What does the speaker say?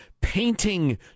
painting